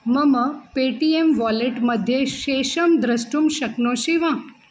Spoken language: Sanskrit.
मम पेटीएम् वालेट् मध्ये शेषं द्रष्टुं शक्नोषि वा